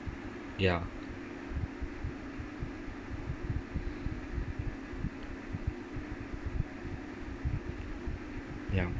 ya ya